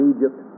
Egypt